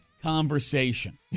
Conversation